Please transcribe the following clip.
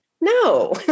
No